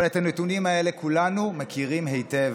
אבל את הנתונים האלה כולנו מכירים היטב.